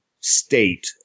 state